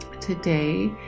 today